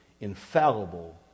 infallible